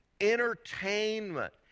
Entertainment